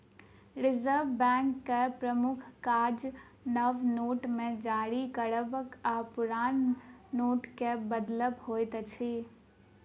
reserve बैंकक प्रमुख काज नव नोट के जारी करब आ पुरान नोटके बदलब होइत अछि